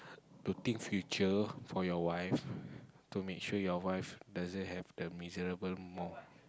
to think future for your wife to make sure your wife doesn't have the miserable mo~